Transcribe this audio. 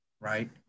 right